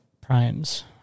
Primes